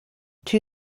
two